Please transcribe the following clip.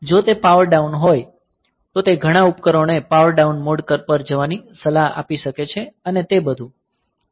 જો તે power down હોય તો તે ઘણા ઉપકરણોને પાવર ડાઉન મોડ પર જવાની સલાહ આપી શકે છે અને તે બધું